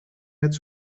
met